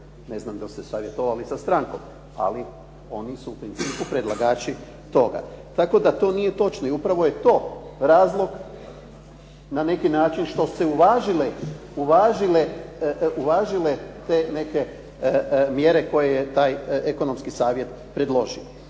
Ne znam da li su se savjetovali sa strankom, ali oni su u principu predlagači toga. Tako da to nije točno i upravo je to razlog na neki način što su se uvažile te neke mjere koje je taj ekonomski savjet predložio.